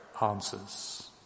answers